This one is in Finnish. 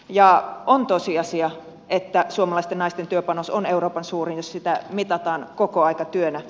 ja on tosiasia että suomalaisten naisten työpanos on euroopan suurin jos sitä mitataan kokoaikatyönä